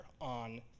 on